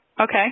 Okay